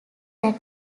that